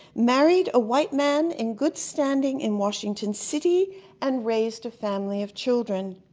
married a white man in good standing in washington city and raised a family of children.